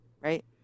right